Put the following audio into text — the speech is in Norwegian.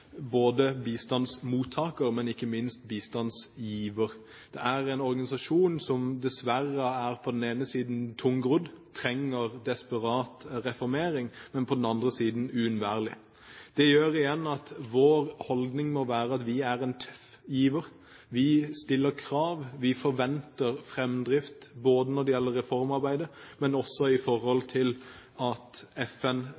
bistandsgiver. Det er en organisasjon som på den ene siden dessverre er tungrodd og desperat trenger reformering, men som på den andre siden er uunnværlig. Det gjør igjen at vår holdning må være at vi er en tøff giver. Vi stiller krav. Vi forventer framdrift både når det gjelder reformarbeidet,